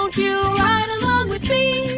and you ride along with me